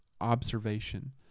observation